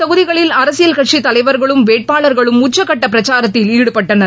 தொகுதிகளில் அரசியல் கட்சித் தலைவர்களும் வேட்பாளர்களும் உச்சக்கட்ட இந்த பிரச்சாரத்தில் ஈடுபட்டனர்